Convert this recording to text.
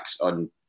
on